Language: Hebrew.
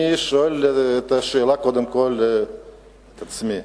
אני שואל את השאלה קודם כול את עצמי.